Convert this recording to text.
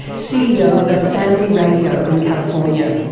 ceo of family radio in california.